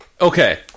Okay